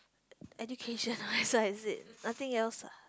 education that's what I said nothing else ah